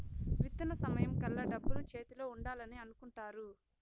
విత్తన సమయం కల్లా డబ్బులు చేతిలో ఉండాలని అనుకుంటారు